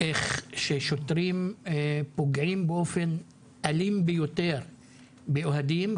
איך ששוטרים פוגעים באופן אלים ביותר באוהדים,